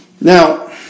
Now